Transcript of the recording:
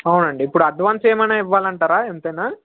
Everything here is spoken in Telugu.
అవునండి ఇప్పుడు అడ్వాన్స్ ఏమైనా ఇవ్వాలంటారా ఎంతైనా